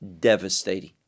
devastating